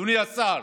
אדוני השר,